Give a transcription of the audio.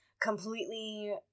completely